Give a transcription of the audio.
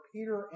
Peter